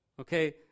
Okay